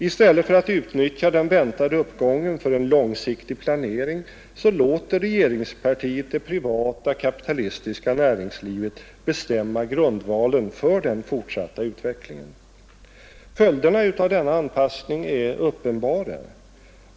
I stället för att utnyttja den väntade uppgången för en långsiktig planering låter regeringspartiet det privata kapitalistiska näringslivet bestämma grundvalen för den fortsatta utvecklingen. Följderna av denna anpassning är uppenbara.